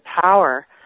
power